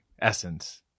essence